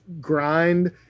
grind